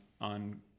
on